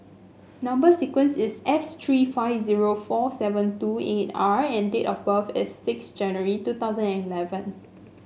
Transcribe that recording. number sequence is S three five zero four seven two eight R and date of birth is six January two thousand and eleven